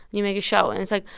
you make a show, and it's like,